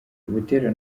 butera